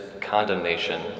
condemnation